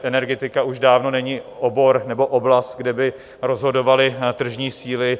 Energetika už dávno není obor nebo oblast, kde by rozhodovaly tržní síly.